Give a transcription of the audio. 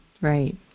right